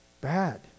bad